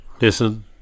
listen